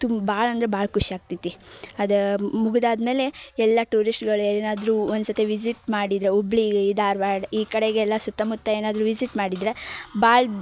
ತುಮ್ ಭಾಳ ಅಂದರೆ ಭಾಳ ಖುಷಿಯಾಗ್ತೈತಿ ಅದು ಮುಗಿದಾದಮೇಲೆ ಎಲ್ಲ ಟೂರಿಸ್ಟ್ಗಳು ಏನಾದರೂ ಒಂದು ಸರ್ತಿ ವಿಝಿಟ್ ಮಾಡಿದ್ರೆ ಹುಬ್ಳಿ ಧಾರ್ವಾಡ ಈ ಕಡೆಗೆ ಎಲ್ಲ ಸುತ್ತಮುತ್ತ ಏನಾದರೂ ವಿಝಿಟ್ ಮಾಡಿದ್ರೆ ಭಾಳ